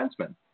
defenseman